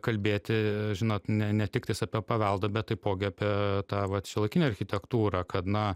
kalbėti žinot ne ne tiktais apie paveldą bet taipogi apie tą vat šiuolaikinę architektūrą kad na